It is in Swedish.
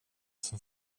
som